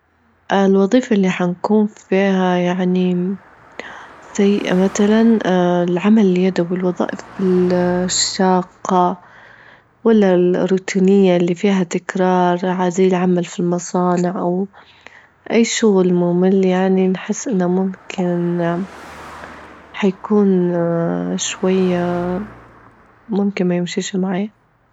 الوظيفة اللي حنكون فيها يعني سيئة مثلا العمل اليدوي، الوظائف الشاقة، ولا الروتينية اللي فيها تكرار زي العمل في المصانع أو أي شغل ممل، يعني نحس إنه ممكن حيكون شوية ممكن ما يمشيش معايا.